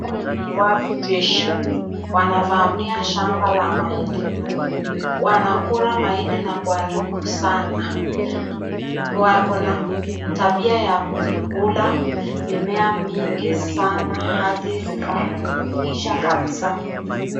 Hawa ni viwavi jesho wanavamia shamba la mahindi, wanakula mahindii na kuharibu sana, wako na tabia ya kukula mimea mingi sana hadi zikaisha kabisa.